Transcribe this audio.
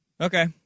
Okay